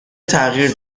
تغییر